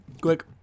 Quick